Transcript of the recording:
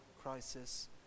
crisis